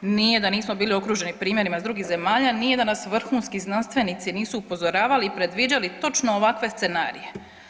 Nije da nismo bili okruženi primjerima iz drugih zemalja, nije da nas vrhunski znanstvenici nisu upozoravali i predviđali točno ovakve scenarije.